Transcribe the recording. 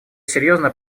серьезно